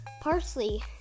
Parsley